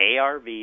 ARV